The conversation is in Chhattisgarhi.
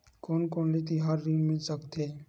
कोन कोन ले तिहार ऋण मिल सकथे?